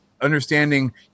understanding